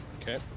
Okay